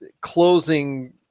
closing